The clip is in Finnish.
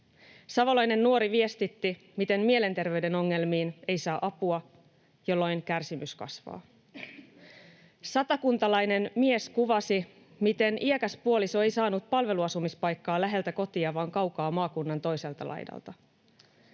Savolainen nuori viestitti, miten mielenterveyden ongelmiin ei saa apua, jolloin kärsimys kasvaa. Satakuntalainen mies kuvasi, miten iäkäs puoliso ei saanut palveluasumispaikkaa läheltä kotia vaan kaukaa maakunnan toiselta laidalta.